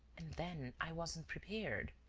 and then. i wasn't prepared.